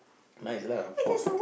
nice lah of course